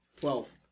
Twelve